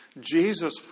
Jesus